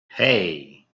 hey